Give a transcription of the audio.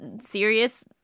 serious